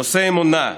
נושאי אמונה,